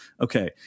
Okay